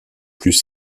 plus